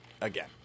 Again